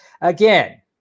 again